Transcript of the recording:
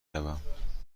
روم